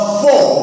four